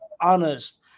honest